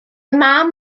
mam